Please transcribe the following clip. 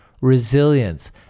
resilience